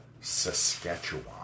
Saskatchewan